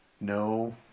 No